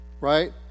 right